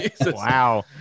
Wow